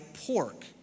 pork